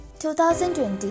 2020